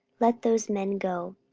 let those men go.